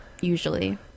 usually